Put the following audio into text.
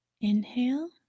Inhale